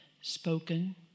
spoken